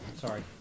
Sorry